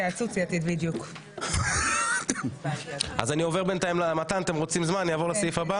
אם כך, אני אעבור בינתיים לסעיף הבא?